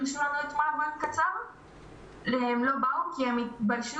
לא באו כי הן התביישו,